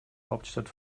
hauptstadt